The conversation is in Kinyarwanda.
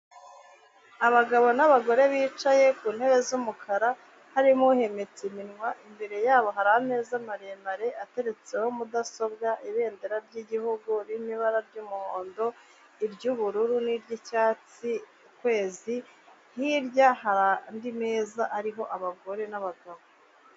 Abagabo n'abagore bicaye ku ntebe z'umukara, harimo uhemetse iminwa, imbere yabo hari ameza maremare ateretseho mudasobwa, ibendera ry'igihugu, ririmo ibara ry'umuhondo, iry'ubururu n'iry'icyatsi, ukwezi, hirya hari andi meza ariho abagore n'abagabo.